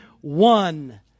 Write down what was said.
one